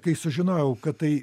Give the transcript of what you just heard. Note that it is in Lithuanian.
kai sužinojau kad tai